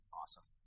awesome